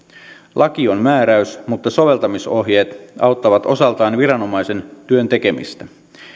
laki on määräys mutta soveltamisohjeet auttavat osaltaan viranomaisen työn tekemistä